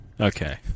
Okay